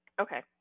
Okay